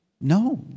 No